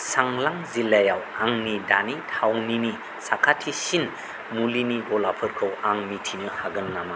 चांलां जिल्लायाव आंनि दानि थावनिनि साखाथिसिन मुलिनि गलाफोरखौ आं मिथिनो हागोन नामा